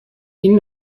این